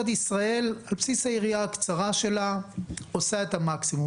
ישראל על בסיס היריעה הקצרה שלה עושה את המקסימום.